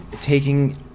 taking